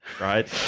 Right